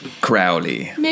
crowley